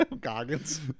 Goggins